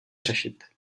řešit